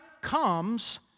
comes